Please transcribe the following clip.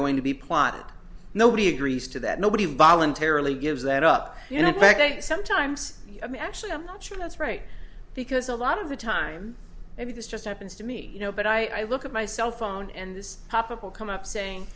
going to be plotted nobody agrees to that nobody voluntarily gives that up in a bank sometimes i'm actually i'm not sure that's right because a lot of the time maybe this just happens to me you know but i look at my cell phone and this couple come up saying